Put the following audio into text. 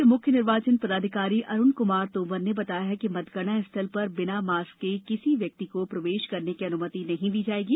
अतिरिक्त मुख्य निर्वाचन पदाधिकारी अरुण कुमार तोमर ने बताया है कि मतगणना स्थल पर बिना मास्क के किसी व्यक्ति को प्रवेश करने की अनुमति नहीं दी जाएगी